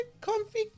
comfy